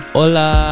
Hola